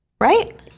Right